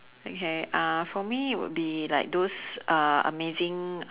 okay uh for me would be like those uh amazing